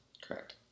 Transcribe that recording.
Correct